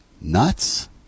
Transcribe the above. nuts